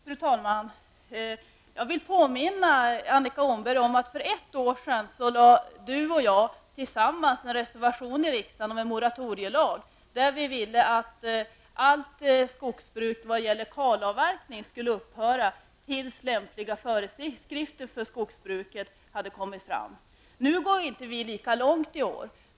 Fru talman! Jag vill påminna Annika Åhnberg om att hon och jag för ett år sedan tillsammans stod bakom en reservation om en moratorielag där vi ville att allt skogsbruk när det gäller kalavverkning skulle upphöra tills lämpliga föreskrifter för skogsbruket hade kommit fram. Nu går vi inte lika långt i år.